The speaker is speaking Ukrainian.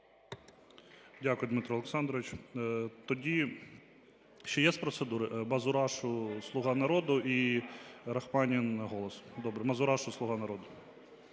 Дякую, Дмитро Олександрович. Тоді, ще є з процедури? Мазурашу, "Слуга народу" і Рахманін, "Голос". Мазурашу, "Слуга народу".